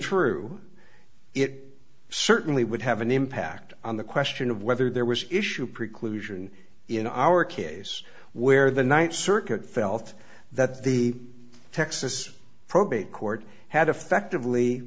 true it certainly would have an impact on the question of whether there was issue preclusion in our case where the ninth circuit felt that the texas probate court had effectively